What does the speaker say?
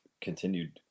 continued